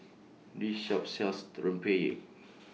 This Shop sells Rempeyek